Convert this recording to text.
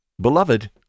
Beloved